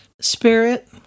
Spirit